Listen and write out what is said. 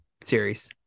series